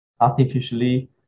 artificially